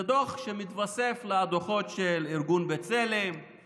זה דוח שמתווסף לדוחות של ארגון בצלם,